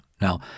Now